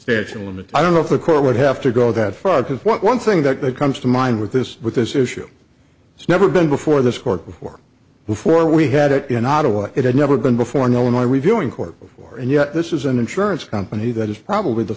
stachel and i don't know if the court would have to go that far because one thing that comes to mind with this with this issue it's never been before this court before before we had it in ottawa it had never been before an illinois reviewing court before and yet this is an insurance company that is probably the